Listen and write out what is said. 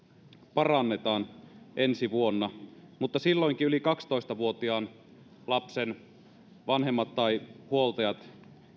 parannetaan ensi vuonna mutta silloinkaan yli kaksitoista vuotiaan lapsen vanhemmat tai huoltajat